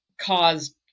caused